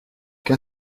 qu’à